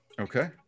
Okay